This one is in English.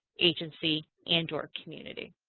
agency and your community.